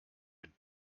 mit